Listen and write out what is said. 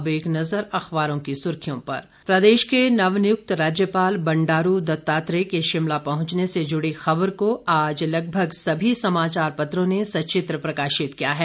अब एक नज़र अखबारों की सुर्खियों पर प्रदेश के नवनियुक्त राज्यपाल बंडारू दत्तात्रेय के शिमला पहुंचने से जुड़ी खबर को आज लगभग सभी समाचार पत्रों ने सचित्र प्रकाशित किया है